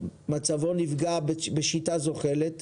מצבו נפגע בשיטה זוחלת,